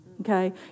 okay